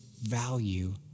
value